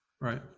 Right